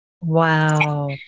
Wow